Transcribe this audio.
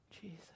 Jesus